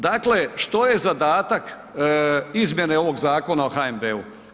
Dakle što je zadatak izmjene ovog Zakona o HNB-u?